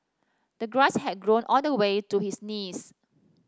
the grass had grown all the way to his knees